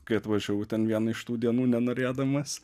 kai atvažiavau ten vieną iš tų dienų nenorėdamas